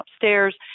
upstairs